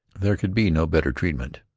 there could be no better treatment.